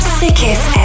sickest